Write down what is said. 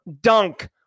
dunk